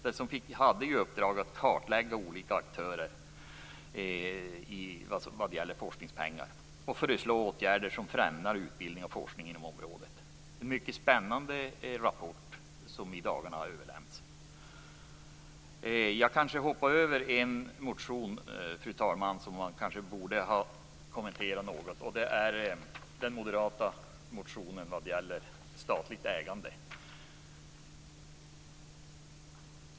Den hade i uppdrag att kartlägga olika aktörer vad gäller forskningsfinansiering och att föreslå åtgärder för att främja utbildning och forskning inom området. Det är en mycket spännande rapport som i dagarna har överlämnats. Fru talman! Jag hoppade över en motion som jag kanske borde ha kommenterat något. Det är den moderata motionen vad gäller statligt ägande.